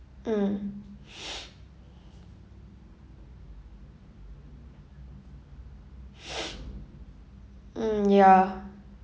mm mm ya